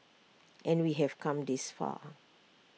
and we have come this far